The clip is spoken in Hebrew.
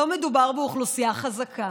לא מדובר באוכלוסייה חזקה,